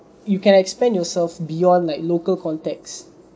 you can expand yourself beyond like local context